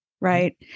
Right